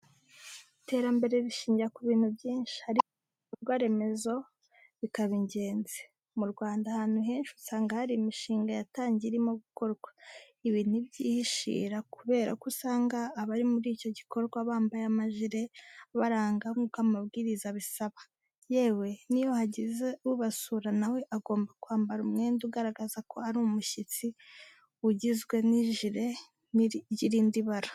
Iterambere rishingira ku bintu byinshi, ariko ibikorwa remezo bikaba ingenzi. Mu Rwanda ahantu henshi usanga hari imishinga yatangiye irimo gukorwa. Ibi ntibyihishira kubera ko usanga abari muri icyo gikorwa bambaye amajiire abaranga nk'uko amabwiriza abisaba. Yewe n'iyo hagize ubasura na we agomba kwambara umwenda ugaragaza ko ari umushyitsi ugizwe n'ijire ry'irindi bara.